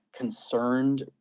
Concerned